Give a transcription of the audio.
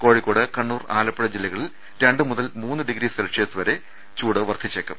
കോഴിക്കോട് കണ്ണൂർആലപ്പുഴ ജില്ലകളിൽ രണ്ട് മുതൽ മൂന്ന് ഡിഗ്രി സെൽഷ്യസ് വരെ ചൂട് വർധിച്ചേക്കും